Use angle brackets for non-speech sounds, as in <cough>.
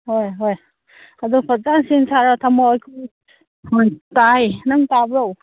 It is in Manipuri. ꯍꯣꯏ ꯍꯣꯏ ꯑꯗꯣ ꯐꯖꯅ ꯁꯦꯝ ꯁꯥꯔ ꯊꯝꯃꯣ ꯑꯩꯈꯣꯏ <unintelligible> ꯇꯥꯏ ꯅꯪ ꯇꯥꯕ꯭ꯔꯣ